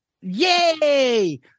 Yay